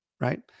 Right